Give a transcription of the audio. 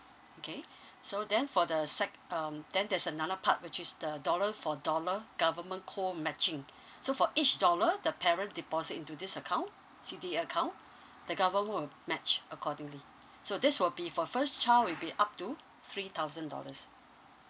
okay so then for the sec~ um then there's another part which is the dollar for dollar government co matching so for each dollar the parent deposit into this account C_D_A account the government will match accordingly so this will be for first child will be up to three thousand dollars